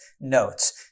notes